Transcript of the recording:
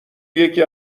یکی